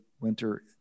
winter